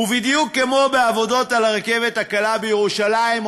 ובדיוק כמו בעבודות על הרכבת הקלה בירושלים,